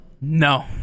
No